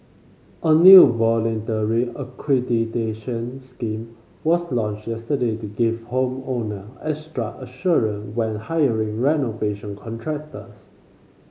a new voluntary accreditation scheme was launched yesterday to give home owner extra when hiring renovation contractors